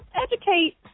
educate